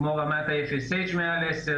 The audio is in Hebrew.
כמו רמת ה FSH מעל 10,